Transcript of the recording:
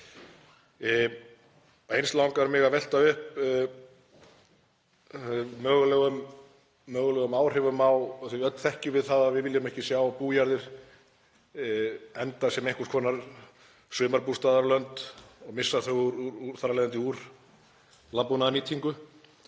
Eins langar mig að velta upp mögulegum áhrifum, öll þekkjum við það að við viljum ekki sjá bújarðir enda sem einhvers konar sumarbústaðalönd og missa þau þar af leiðandi úr landbúnaðarnýtingu,